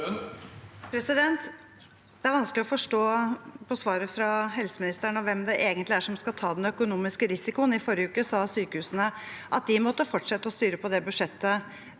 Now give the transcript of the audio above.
Det er vanskelig å forstå av svaret fra helseministeren hvem det egentlig er som skal ta den økonomiske risikoen. I forrige uke sa sykehusene at de måtte fortsette å styre på det budsjettet